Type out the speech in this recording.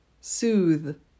soothe